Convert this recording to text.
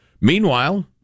Meanwhile